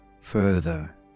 further